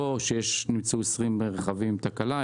לא שימצאו עשרים רכבים עם תקלה,